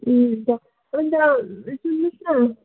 ए हुन्छ अन्त सुन्नु होस् न